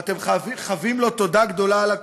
ואתם חבים לו תודה גדולה על הכול,